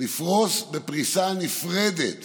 לפרוס בפריסה נפרדת